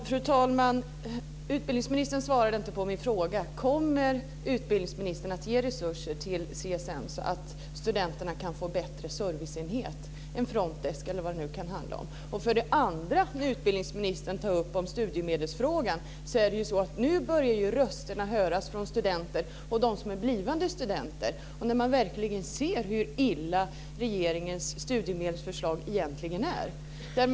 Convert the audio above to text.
Fru talman! Utbildningsministern svarade inte på min fråga. Kommer utbildningsministern för det första att ge sådana resurser till CSN att studenterna kan få en bättre serviceenhet, en front desk eller vad det nu kan handla om? Vill utbildningsministern för det andra ta upp studiemedelsfrågan? Det börjar nu höjas röster från studenter och blivande studenter om hur illa regeringens studiemedelsförslag egentligen slår.